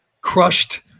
crushed